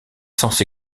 censé